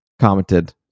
commented